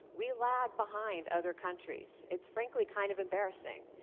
we lag behind other countries. it's frankly kind of embarrassing.